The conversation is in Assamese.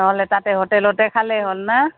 নহ'লে তাতে হোটেলতে খালে হ'ল না